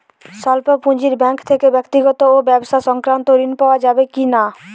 স্বল্প পুঁজির ব্যাঙ্ক থেকে ব্যক্তিগত ও ব্যবসা সংক্রান্ত ঋণ পাওয়া যাবে কিনা?